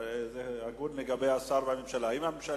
זה הגון לגבי השר והממשלה.